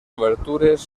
obertures